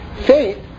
faith